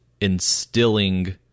instilling